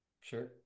Sure